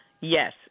yes